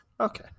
Okay